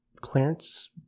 Clarence